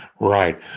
Right